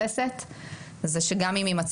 אני רק אומר שתחושת הבטן שלי היא שגם אם יימצא